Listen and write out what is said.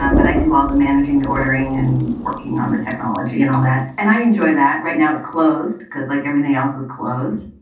um but i do all the managing, the ordering and working on the technology and all that. and i enjoy that. right now, it's closed because like everything else is closed.